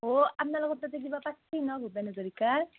অঁ আপোনালোকৰ তাতে কিবা পাতিছে ন ভূপেন হাজৰিকাৰ